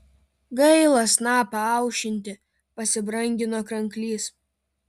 gaila snapą aušinti pasibrangino kranklys